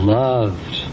loved